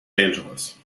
angeles